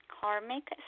karmic